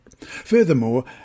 Furthermore